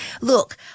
Look